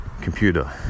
computer